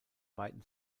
beiden